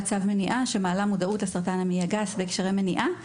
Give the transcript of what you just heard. צו מניעה שמעלה מודעות לסרטן המעי הגס בהקשרי מניעה,